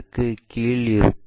இக்கு கீழ் இருக்கும்